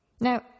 Now